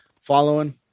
following